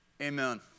Amen